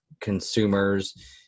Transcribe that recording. consumers